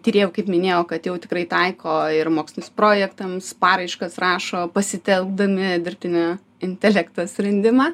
tyrėjų kaip minėjau kad jau tikrai taiko ir mokslinius projektams paraiškas rašo pasitelkdami dirbtinį intelekto sprendimą